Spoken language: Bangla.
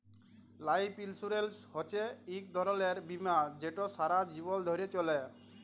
লাইফ ইলসুরেলস হছে ইক ধরলের বীমা যেট সারা জীবল ধ্যরে চলে